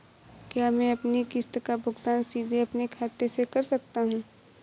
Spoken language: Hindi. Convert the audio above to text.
क्या मैं अपनी किश्त का भुगतान सीधे अपने खाते से कर सकता हूँ?